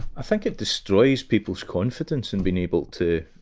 i think it destroys people's confidence in being able to